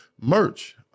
merch